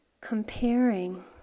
comparing